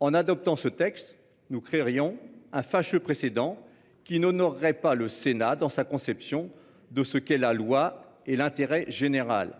En adoptant ce texte nous créerions un fâcheux précédent qui n'honorerait pas le Sénat dans sa conception de ce qu'est la loi et l'intérêt général.